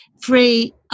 free